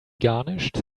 garnished